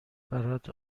برات